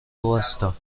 وایستا